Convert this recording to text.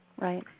Right